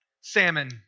salmon